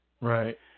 Right